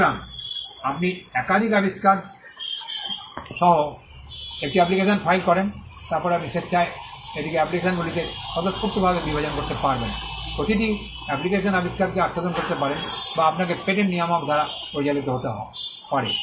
সুতরাং আপনি একাধিক আবিষ্কার সহ একটি অ্যাপ্লিকেশন ফাইল করেন তারপরে আপনি স্বেচ্ছায় এটিকে অ্যাপ্লিকেশনগুলিতে স্বতঃস্ফূর্তভাবে বিভাজন করতে পারবেন প্রতিটি অ্যাপ্লিকেশন আবিষ্কারকে আচ্ছাদন করতে পারেন বা আপনাকে পেটেন্ট নিয়ামক দ্বারা পরিচালিত হতে পারে